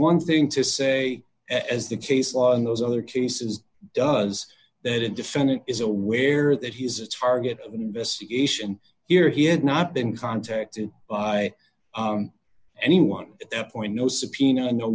one thing to say as the case law in those other cases does that a defendant is aware that he is a target of investigation here he had not been contacted by anyone at that point no subpoena no